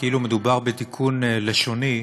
כאילו מדובר בתיקון לשוני,